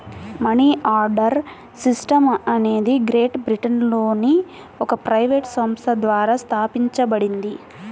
money order system అనేది great బ్రిటన్లోని ఒక ప్రైవేట్ సంస్థ ద్వారా స్థాపించబడింది